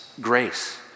Grace